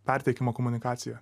perteikimo komunikacija